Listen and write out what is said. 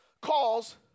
calls